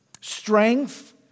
strength